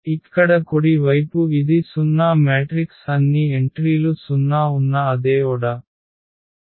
ఇక్కడ కుడి వైపు ఇది 0 మ్యాట్రిక్స్ అన్ని ఎంట్రీలు 0 ఉన్న అదే order